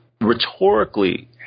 rhetorically